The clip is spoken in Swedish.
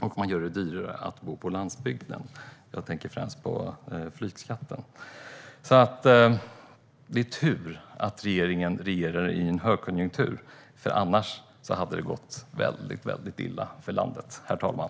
och man gör det dyrare att bo på landsbygden - jag tänker då främst på flygskatten. Det är tur att regeringen regerar i en högkonjunktur, för annars hade det gått väldigt illa för landet, herr talman.